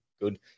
good